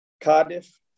Cardiff